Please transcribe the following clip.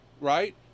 right